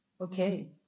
Okay